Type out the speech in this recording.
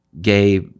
gay